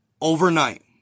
overnight